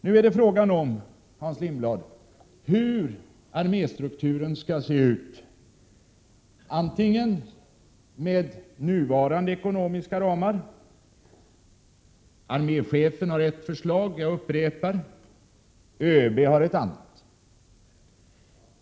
Nu är det, Hans Lindblad, fråga om hur arméstrukturen skall se ut med nuvarande ekonomiska ramar. Arméchefen har ett förslag och överbefälhavaren har ett annat.